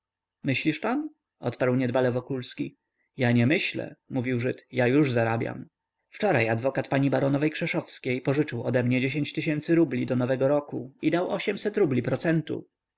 myślisz pan odparł niedbale wokulski ja nie myślę mówił żyd ja już zarabiam wczoraj adwokat pani baronowej krzeszowskiej pożyczył odemnie dziesięć tysięcy rubli do nowego roku i dał rubli procentu